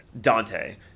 Dante